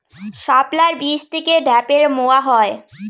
শাপলার বীজ থেকে ঢ্যাপের মোয়া হয়?